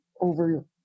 over